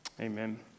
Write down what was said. Amen